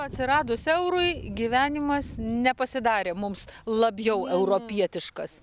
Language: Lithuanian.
atsiradus eurui gyvenimas nepasidarė mums labiau europietiškas